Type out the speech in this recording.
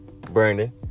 Brandon